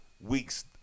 weeks